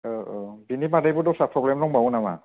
औ औ बेनि बादैबो दसरा प्रब्लेम दंबावो नामा